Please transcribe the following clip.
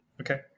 Okay